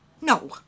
No